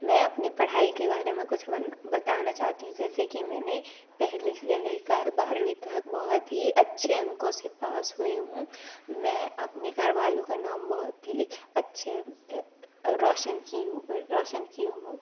मैं अपनी पढ़ाई के बारे में कुछ बताना चाहती हूँ जैसे कि मैंने पहली से लेकर बारहवीं तक बहुत ही अच्छे अंको से पास हुई हूँ मैं अपनी घर वालों का नाम बहुत ही अच्छे रौशन की हूँ रौशन की हूँ